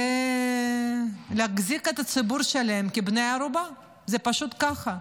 זה להחזיק ציבור שלם כבני ערובה, זה פשוט ככה.